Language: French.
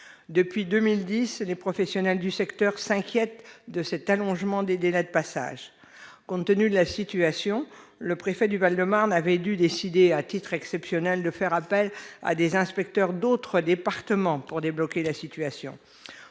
Depuis 2010, les professionnels du secteur s'inquiètent de cet allongement des délais de passage. Compte tenu de la situation, le préfet du Val-de-Marne a dû faire appel, à titre exceptionnel, à des inspecteurs d'autres départements pour débloquer la situation.